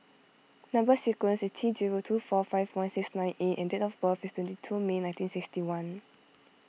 Number Sequence is T zero two four five one six nine A and date of birth is twenty two May nineteen sixty one